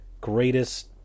greatest